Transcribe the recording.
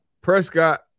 Prescott